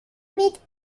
mit